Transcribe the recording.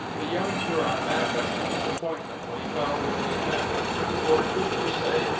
the young huron manifested disappointment when he found whom he had met for, truth to say,